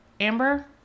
amber